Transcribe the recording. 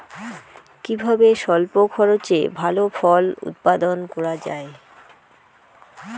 কিভাবে স্বল্প খরচে ভালো ফল উৎপাদন করা যায়?